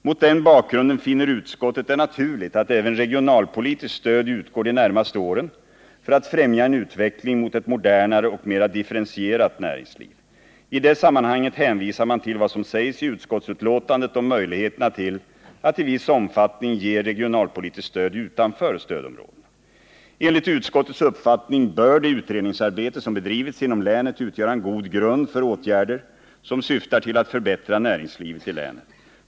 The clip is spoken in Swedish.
Mot den bakgrunden finner utskottet det naturligt att även regionalpolitiskt stöd utgår de närmaste åren för att främja en utveckling mot ett modernare och mera differentierat näringsliv. I det sammanhanget hänvisar man till vad som sägs i utskottsbetänkandet om möjligheterna till att i viss omfattning ge regionalpolitiskt stöd utanför stödområdena. Enligt utskottets uppfattning bör det utredningsarbete som bedrivits inom länet utgöra en god grund för åtgärder som syftar till att förbättra näringslivet i länet.